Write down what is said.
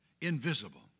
invisible